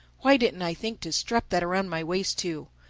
why didn't i think to strap that around my waist too.